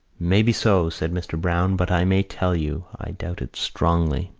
maybe so, said mr. browne. but i may tell you i doubt it strongly.